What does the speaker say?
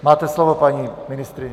Máte slovo, paní ministryně.